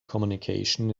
communication